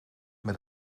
met